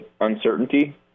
uncertainty